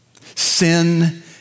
Sin